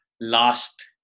last